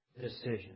decision